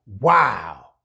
wow